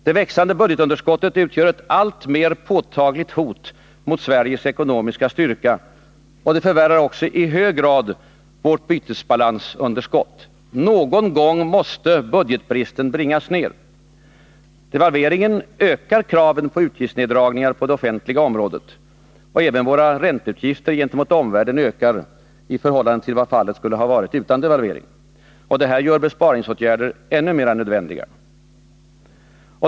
Det växande budgetunderskottet utgör ett alltmer påtagligt hot mot Sveriges ekonomiska styrka. Det förvärrar också i hög grad vårt bytesbalansunderskott. Någon gång måste budgetbris ten bringas ned. Devalveringen ökar kraven på utgiftsneddragningar på det offentliga området. Även våra ränteutgifter gentemot omvärlden ökar i förhållande till vad som skulle varit fallet utan devalvering. Detta gör besparingsåtgärderna än mer nödvändiga.